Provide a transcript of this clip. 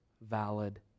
valid